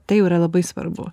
tai jau yra labai svarbu